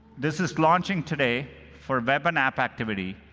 this is launching today for web and app activity.